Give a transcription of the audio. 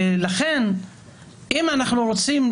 השאלה אם אפשר לפצל, חסוי ולא חסוי.